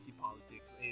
politics